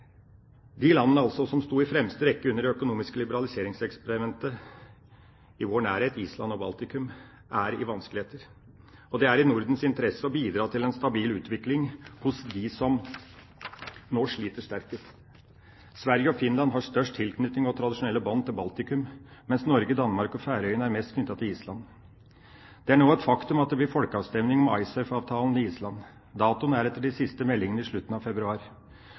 De landene som sto i fremste rekke under det økonomiske liberaliseringseksperimentet i vår nærhet – Island og Baltikum – er i vanskeligheter, og det er i Nordens interesse å bidra til en stabil utvikling for dem som nå sliter sterkest. Sverige og Finland har størst tilknytning til og tradisjonelle bånd til Baltikum, mens Norge, Danmark og Færøyene er mest knyttet til Island. Det er nå et faktum at det blir folkeavstemning om Icesave-avtalen på Island. Datoen er etter de siste meldingene i slutten av februar.